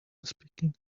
speaking